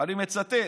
ואני מצטט,